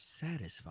satisfied